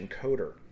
encoder